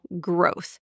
growth